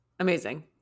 Amazing